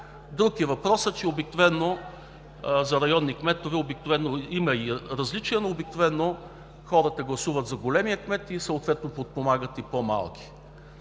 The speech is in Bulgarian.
Друг е въпросът, че обикновено за районните кметове има различия, но хората гласуват за големия кмет и съответно подпомагат по-малкия.